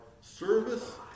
service